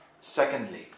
Secondly